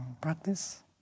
practice